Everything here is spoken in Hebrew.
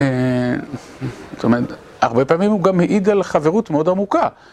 זאת אומרת, הרבה פעמים הוא גם מעיד על חברות מאוד עמוקה.